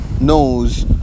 knows